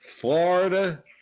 Florida